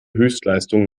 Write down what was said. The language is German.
höchstleistung